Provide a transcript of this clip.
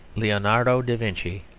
leonardo da vinci,